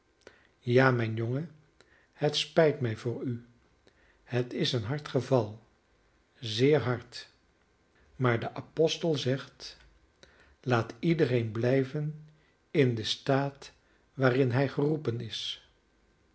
ja mijn jongen het spijt mij voor u het is een hard geval zeer hard maar de apostel zegt laat iedereen blijven in den staat waarin hij geroepen is